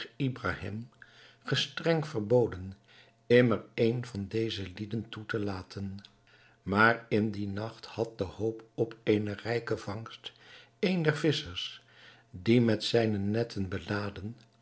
scheich ibrahim gestreng verboden immer een van deze lieden toe te laten maar in dien nacht had de hoop op eene rijke vangst een der visschers die met zijne netten beladen